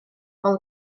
fel